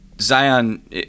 Zion